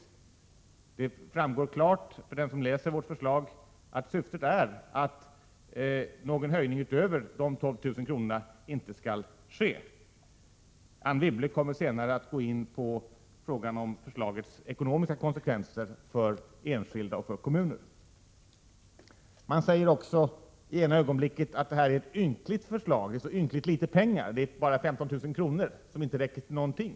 För den som läser vårt förslag framgår det klart att syftet är att någon höjning utöver dessa 12 000 kr. inte skall ske. Anne Wibble kommer här senare att redovisa förslagets ekonomiska konsekvenser för enskilda och kommuner. Man säger också i ena ögonblicket att detta förslag ger ynkligt litet pengar, bara 15 000 kr., som inte räcker till någonting.